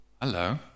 Hello